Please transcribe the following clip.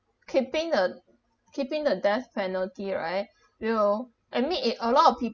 keeping uh keeping the death penalty right you know I mean it a lot of people